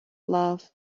love